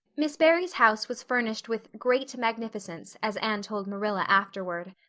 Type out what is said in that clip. miss barry's house was furnished with great magnificence, as anne told marilla afterward.